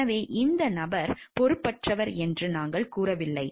எனவே இந்த நபர் பொறுப்பற்றவர் என்று நாங்கள் கூறவில்லை